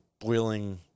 boiling